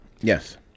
Yes